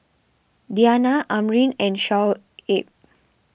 Diyana Amrin and Shoaib